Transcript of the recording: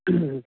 હા